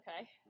Okay